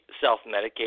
self-medicate